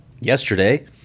yesterday